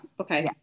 Okay